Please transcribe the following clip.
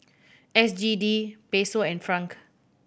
S G D Peso and Franc